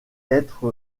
être